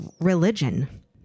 religion